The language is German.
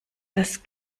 das